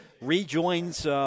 rejoins –